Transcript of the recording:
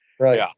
Right